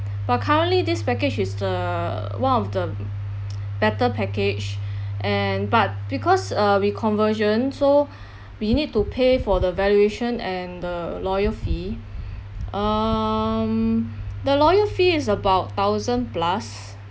but currently this package is the one of the better package and but because uh we conversion so we need to pay for the valuation and the lawyer fee um the lawyer fee is about thousand plus